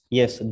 yes